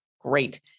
Great